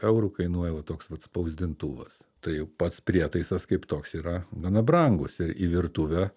eurų kainuoja va toks vat spausdintuvas tai jau pats prietaisas kaip toks yra gana brangus ir į virtuvę